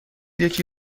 یکی